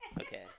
Okay